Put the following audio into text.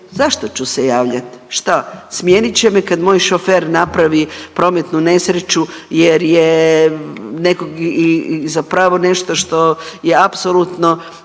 zašto ću se javljat, šta smijenit će me kad moj šofer napravi prometnu nesreću jer je nekog zapravo nešto što je apsolutno